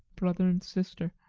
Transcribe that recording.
brother and sister?